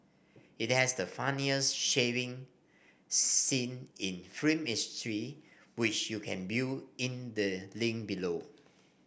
it has the funniest shaving scene in film history which you can view in the link below